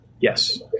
Yes